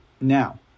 now